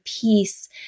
peace